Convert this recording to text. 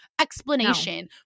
explanation